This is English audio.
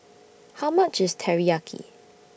How much IS Teriyaki